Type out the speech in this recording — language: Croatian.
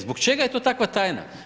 Zbog čega je to takva tajna?